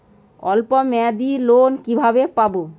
অল্প মেয়াদি লোন কিভাবে পাব?